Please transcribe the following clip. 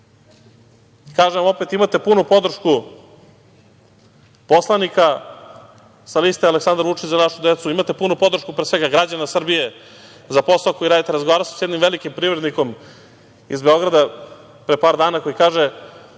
prete. Kažem opet, imate punu podršku poslanika sa lista Aleksandar Vučić - Za našu decu, imate punu podršku pre svega građana Srbije za posao koji radite. Razgovarao sam sa jednim velikim privrednikom iz Beograda pre par dana, koji kaže